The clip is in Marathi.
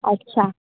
अच्छा